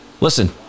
Listen